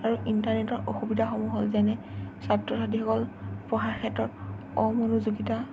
আৰু ইণ্টাৰনেটৰ অসুবিধাসমূহ হ'ল যেনে ছাত্ৰ ছাত্ৰীসকল পঢ়াৰ ক্ষেত্ৰত অমনোযোগিতা